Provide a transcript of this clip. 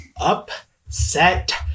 Upset